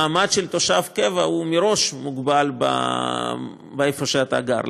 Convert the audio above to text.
המעמד של תושב קבע הוא מראש מוגבל למקום שבו שאתה גר,